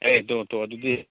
ꯑꯦ ꯇꯣ ꯇꯣ ꯑꯗꯨꯗꯤ